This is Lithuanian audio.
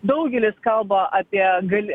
daugelis kalba apie gal